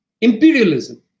Imperialism